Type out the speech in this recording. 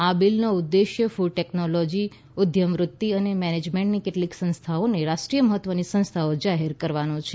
આ બિલનો ઉદ્દેશ ફૂડ ટેકનોલોજી ઉદ્યમવૃત્તિ અને મેનેજમેન્ટની કેટલીક સંસ્થાઓને રાષ્ટ્રીય મહત્વની સંસ્થાઓ જાહેર કરવાનો છે